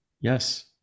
Yes